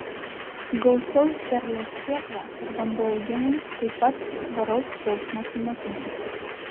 gausaus derliaus sėkla ir vanduo augimui taip pat tvaraus džiaugsmo sunokimas